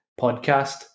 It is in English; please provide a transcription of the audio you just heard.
podcast